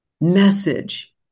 message